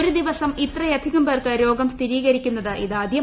ഒരു് ദിവസം ഇത്രയധികം പേർക്ക് രോഗം സ്ഥിരീകരിക്കുന്നത് ഇതാദ്യം